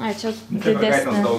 ai čia didesnė